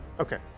Okay